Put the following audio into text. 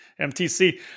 MTC